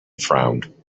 frowned